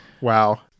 Wow